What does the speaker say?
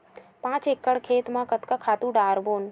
पांच एकड़ खेत म कतका खातु डारबोन?